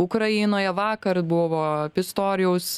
ukrainoje vakar buvo pistorijaus